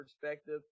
perspective